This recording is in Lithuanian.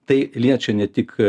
tai liečia ne tik